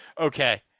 Okay